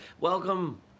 Welcome